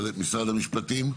משרד המשפטים?